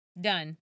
done